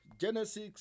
Genesis